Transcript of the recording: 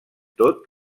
tot